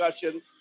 discussion